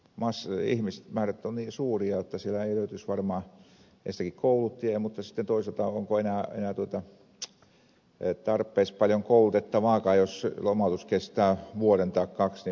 ihmismäärät ovat niin suuria että siellä ei löytyisi varmaan enstäinkään kouluttajia mutta sitten toisaalta onko enää tarpeeksi paljon koulutettavaakaan jos lomautus kestää vuoden tai kaksi